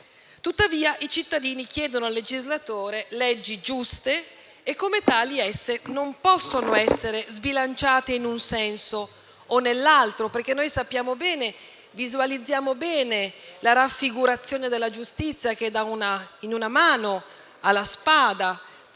Tuttavia, i cittadini chiedono al legislatore leggi giuste e come tali esse non possono essere sbilanciate in un senso o nell'altro, perché noi visualizziamo bene la raffigurazione della giustizia che in una mano ha la spada